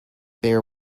bear